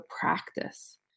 practice